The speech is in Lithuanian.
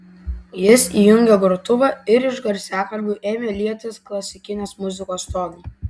jis įjungė grotuvą ir iš garsiakalbių ėmė lietis klasikinės muzikos tonai